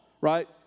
right